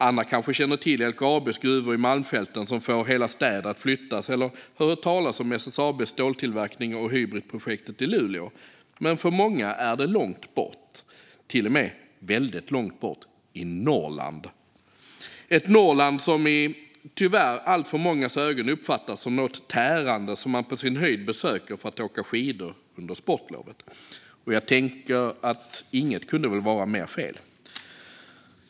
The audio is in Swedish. Andra kanske känner till LKAB:s gruvor i Malmfälten som får hela städer att flyttas eller har hört talas om SSAB:s ståltillverkning och Hybritprojektet i Luleå. Men för många är det långt bort, till och med väldigt långt bort - i Norrland. Norrland uppfattas tyvärr i alltför mångas ögon som något tärande som man på sin höjd besöker för att åka skidor under sportlovet. Och jag tänker att inget kunde vara mer fel.